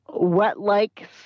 wet-like